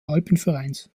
alpenvereins